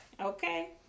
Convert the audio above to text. Okay